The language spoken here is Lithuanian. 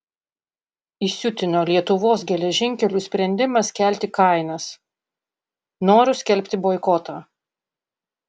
įsiutino lietuvos geležinkelių sprendimas kelti kainas noriu skelbti boikotą